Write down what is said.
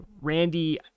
Randy